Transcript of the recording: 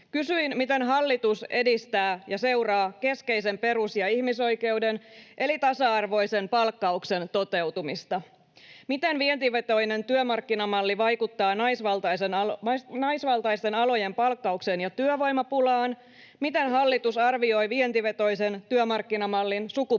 Kysyin: Miten hallitus edistää ja seuraa keskeisen perus- ja ihmisoikeuden eli tasa-arvoisen palkkauksen toteutumista? Miten vientivetoinen työmarkkinamalli vaikuttaa naisvaltaisten alojen palkkaukseen ja työvoimapulaan? Miten hallitus arvioi vientivetoisen työmarkkinamallin sukupuolivaikutukset?